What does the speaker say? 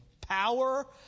power